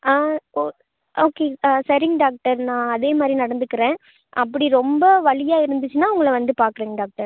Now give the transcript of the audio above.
ஆ ஓக் ஓகே சரிங்க டாக்டர் நான் அதேமாதிரி நடந்துக்கிறேன் அப்படி ரொம்ப வலியாக இருந்துச்சுனால் உங்களை வந்து பார்க்குறேங்க டாக்டர்